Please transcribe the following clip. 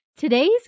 Today's